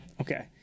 Okay